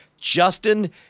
Justin-